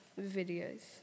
videos